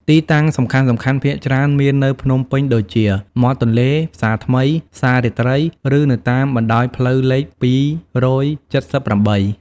ទីតាំងសំខាន់ៗភាគច្រើនមាននៅ ភ្នំពេញដូចជា មាត់ទន្លេ ផ្សារថ្មី ផ្សាររាត្រី ឬនៅតាមបណ្តោយផ្លូវលេខ ២៧៨ ។